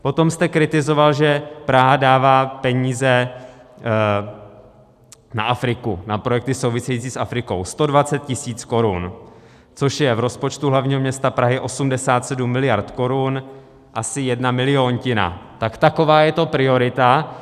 Potom jste kritizoval, že Praha dává peníze na Afriku, na projekty související s Afrikou, 120 000 korun, což je v rozpočtu hlavního města Prahy 87 miliard korun asi jedna miliontina, tak taková je to priorita.